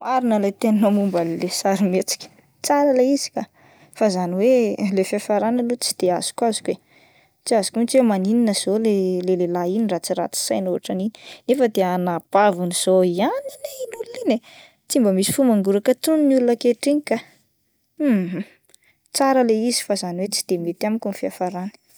Marina le teninao momba an'ilay sarimihetsika, tsara ilay izy kah fa zany hoe ilay fiafarany aloha tsy de azokazoko eh, tsy azoko hoe maninona zao le lehilahy iny raha tsy ratsy saina otran'iny nefa de anabaviny zao ihany anie iny olona iny eh, tsy mba misy fo mangoraka tsony ny olona ankehitriny kah, tsara ilay izy fa izany hoe tsy de mety amiko ny fiafarany.